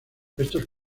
estos